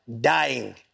dying